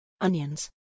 Onions